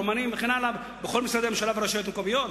רומנים וכן הלאה בכל משרדי הממשלה והרשויות המקומיות?